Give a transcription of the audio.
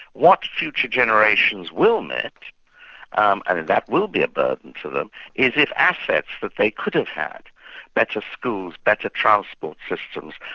what future generations will net and that will be a burden for them is if assets that they could have had better schools, better transport systems,